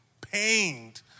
pained